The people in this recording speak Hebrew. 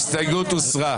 ההסתייגויות הוסרו.